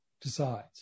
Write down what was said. decides